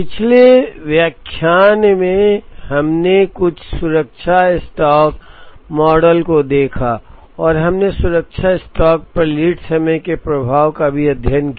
पिछले व्याख्यान में हमने कुछ सुरक्षा स्टॉक मॉडल को देखा और हमने सुरक्षा स्टॉक पर लीड समय के प्रभाव का भी अध्ययन किया